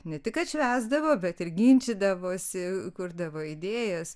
ne tik atšvęsdavo bet ir ginčydavosi kurdavo idėjas